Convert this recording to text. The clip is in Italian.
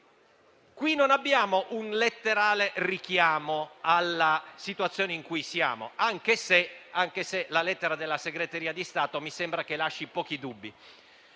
Qui non abbiamo un letterale richiamo alla situazione in cui siamo, anche se la lettera della Segreteria di Stato mi sembra che lasci pochi dubbi.